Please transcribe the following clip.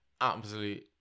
absolute